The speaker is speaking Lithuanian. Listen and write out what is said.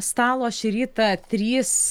stalo šį rytą trys